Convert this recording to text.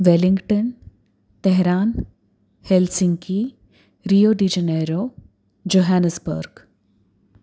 wellington Tehran Helsinki Rio de Janeiro Johannesburg